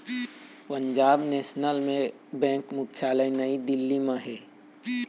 Punjab national bank मुख्यालय नई दिल्ली म हे